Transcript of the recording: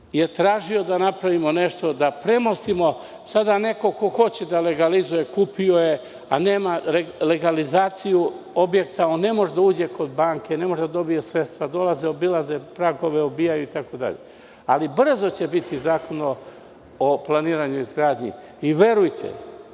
je tražio da napravimo nešto, da premostimo. Neko ko hoće da legalizuje, kupio je a nema legalizaciju objekta ne može da uđe kod banke, ne može da dobije sredstva, dolaze, i obilaze pragove. Brzo će biti zakon o planiranju i izgradnji i verujte,